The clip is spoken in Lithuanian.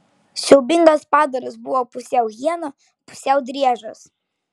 siaubingas padaras buvo pusiau hiena pusiau driežas